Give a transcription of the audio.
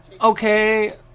okay